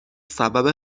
سبب